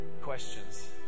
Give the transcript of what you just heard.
questions